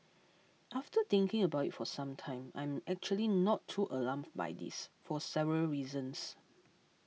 after thinking about it for some time I am actually not too alarmed by this for several reasons